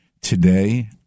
Today